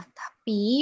tapi